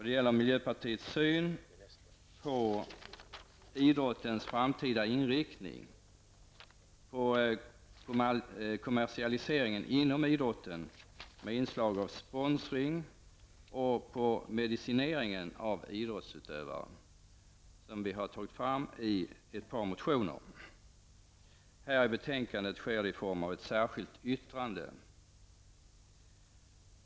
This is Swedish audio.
Det gäller miljöpartiets syn på idrottens framtida inriktning, på kommersialiseringen inom idrotten med inslag av sponsring och på medicineringen av idrottsutövare, vilket vi har fört fram i ett par motioner. Här i betänkandet sker det i form av ett särskilt yttrande.